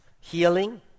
healing